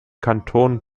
kanton